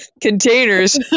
containers